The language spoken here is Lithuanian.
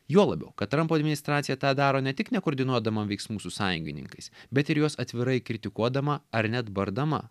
juo labiau kad trampo administracija tą daro ne tik nekoordinuodama veiksmų su sąjungininkais bet ir juos atvirai kritikuodama ar net bardama